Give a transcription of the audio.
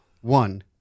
one